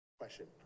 Question